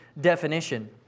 definition